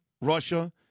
Russia